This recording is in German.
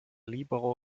libero